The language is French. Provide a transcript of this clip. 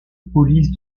police